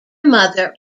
mother